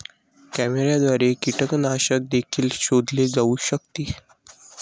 कॅमेऱ्याद्वारे कीटकनाशक देखील शोधले जाऊ शकते